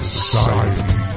Society